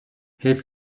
حیف